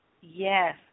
Yes